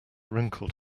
wrinkled